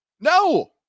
No